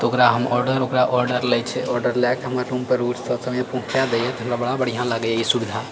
तऽ ओकरा हम ऑर्डर ओकरा ऑर्डर लए छै ऑर्डर लएके हमर रुमपर पहुँचा दए तऽ हमरा बड़ा बढ़िआँ लागैए ई सुविधा